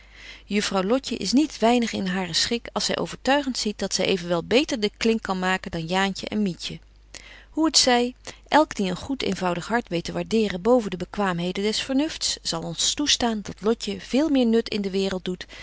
juffrouw lotje is niet weinig in haren schik als zy overtuigent ziet dat zy evenwel beter de klink kan maken dan jaantje en mietje hoe het zy elk die een goed eenvoudig hart weet te waarderen boven de bekwaamheden des vernufts zal ons toestaan dat lotje veel meer nut in de waereld doet